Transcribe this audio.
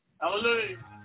Hallelujah